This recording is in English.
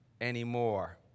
anymore